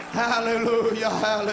hallelujah